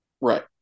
right